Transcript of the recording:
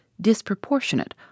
disproportionate